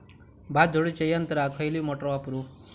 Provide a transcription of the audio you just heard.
भात झोडूच्या यंत्राक खयली मोटार वापरू?